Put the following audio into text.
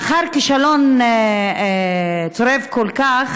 לאחר כישלון צורב כל כך,